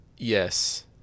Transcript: Yes